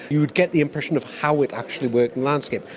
you'd get the impression of how it actually worked in landscape.